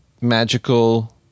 magical